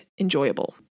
enjoyable